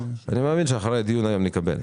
אני מאמין שאחרי הדיון היום נקבל.